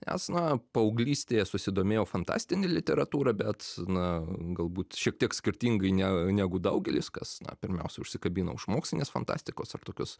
nes na paauglystėje susidomėjau fantastine literatūra bet na galbūt šiek tiek skirtingai ne negu daugelis kas pirmiausia užsikabino už mokslinės fantastikos ar tokios